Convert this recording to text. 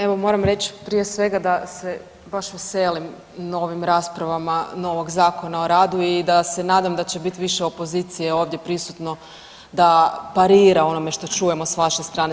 Evo moram reći prije svega da se baš veselim novim raspravama novog Zakona o radu i da se nadam da će biti više opozicije ovdje prisutno da parira onome što čujemo s vaše strane.